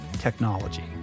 technology